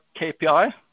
KPI